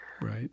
right